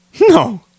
No